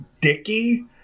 Dickie